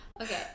okay